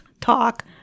talk